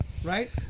Right